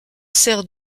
sert